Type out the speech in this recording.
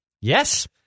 Yes